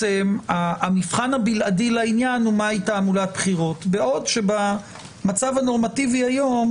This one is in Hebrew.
המבחן הבלעדי לעניין הוא מהי תעמולת בחירות בעוד שבמצב הנורמטיבי היום,